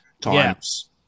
times